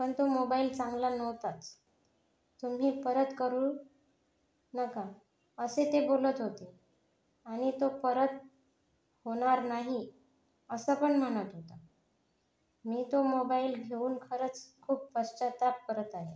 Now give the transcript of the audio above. पण तो मोबाईल चांगला नव्हताच तुम्ही परत करू नका असे ते बोलत होते आणि तो परत होणार नाही असं पण म्हणत होते मी तो मोबाईल घेऊन खरंच खूप पश्चाताप करत आहे